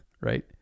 right